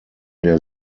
der